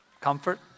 comfort